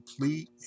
complete